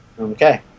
Okay